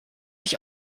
ich